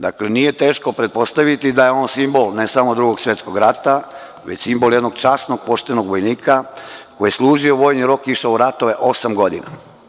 Dakle, nije teško pretpostaviti da je on simbol ne samo Drugog svetskog rata već simbol jednog časnog, poštenog vojnika koji je služio vojni rok, išao u ratove osam godina.